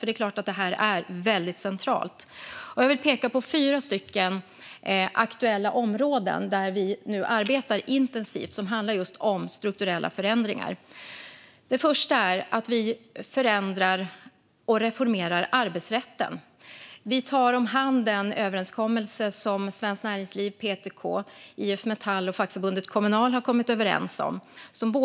Det här är självklart väldigt centralt. Jag vill peka på fyra aktuella områden där vi arbetar intensivt, och de handlar om strukturella förändringar. För det första förändrar och reformerar vi arbetsrätten. Vi tar hand om den överenskommelse som Svenskt Näringsliv, PTK, IF Metall och fackförbundet Kommunal har kommit överens om.